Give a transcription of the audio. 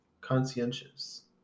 conscientious